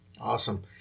Awesome